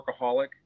workaholic